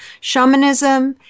shamanism